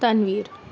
Tanveer